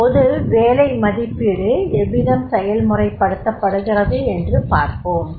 இப்போது வேலை மதிப்பீடு எவ்விதம் செயல்முறைப் படுத்தப்படுகிறது என்று பார்ப்போம்